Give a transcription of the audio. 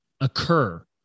occur